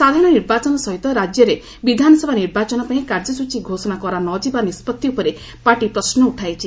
ସାଧାରଣ ନିର୍ବାଚନ ସହିତ ରାଜ୍ୟରେ ବିଧାନସଭା ନିର୍ବାଚନ ପାଇଁ କାର୍ଯ୍ୟସ୍ଟଚୀ ଘୋଷଣା କରାନଯିବା ନିଷ୍କଭି ଉପରେ ପାର୍ଟି ପ୍ରଶ୍ନ ଉଠାଇଛି